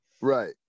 Right